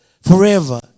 forever